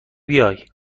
بیای